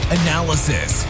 analysis